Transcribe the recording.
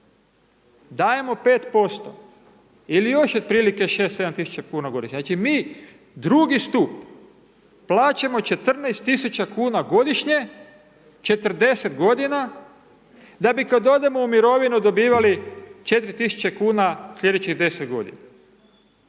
dajemo 5% ili još otprilike 6, 7 tisuća kuna godišnje, znači mi drugi stup plaćamo 14 000 kuna godišnje, 40 godina, da bi kad odemo u mirovinu dobivali 4000 kuna sljedećih 10 godina.